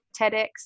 TEDx